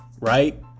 right